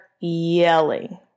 yelling